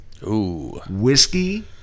whiskey